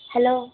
hello